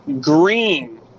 Green